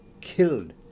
killed